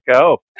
go